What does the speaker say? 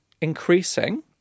increasing